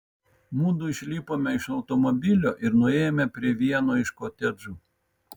mudu išlipome iš automobilio ir nuėjome prie vieno iš kotedžų